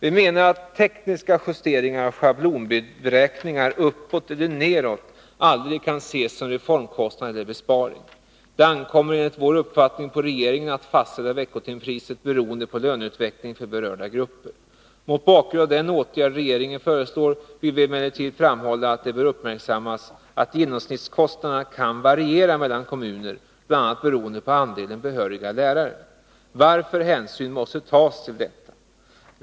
Vi menar att tekniska justeringar av schablonberäkningar uppåt eller nedåt aldrig kan ses som reformkostnad eller besparing. Det ankommer, enligt vår uppfattning, på regeringen att fastställa veckotimpriset beroende på löneutvecklingen för berörda grupper. Mot bakgrund av den åtgärd regeringen föreslår vill vi emellertid framhålla att det bör uppmärksammas att genomsnittskostnaderna kan variera mellan kommuner, bl.a. beroende på andelen behöriga lärare, varför hänsyn måste tas till detta.